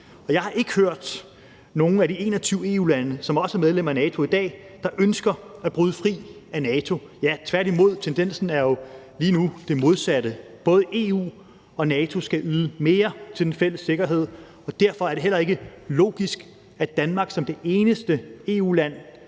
jeg har ikke hørt, at nogen af de 21 EU-lande, som også er medlem af NATO i dag, ønsker at bryde fri af NATO – tværtimod er tendensen jo lige nu det modsatte. Både EU og NATO skal yde mere til den fælles sikkerhed, og derfor er det heller ikke logisk, at Danmark som det eneste EU-land